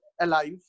alive